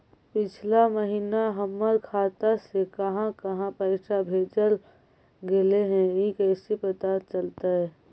पिछला महिना हमर खाता से काहां काहां पैसा भेजल गेले हे इ कैसे पता चलतै?